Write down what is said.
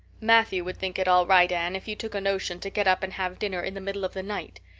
matthew would think it all right, anne, if you took a notion to get up and have dinner in the middle of the night.